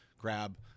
grab